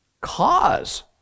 cause